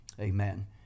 Amen